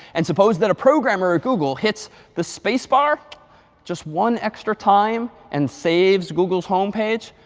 and suppose that a programmer at google hits the space bar just one extra time and saves google's home page.